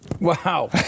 Wow